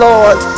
Lord